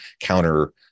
counter